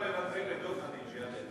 כולם מוותרים לדב חנין.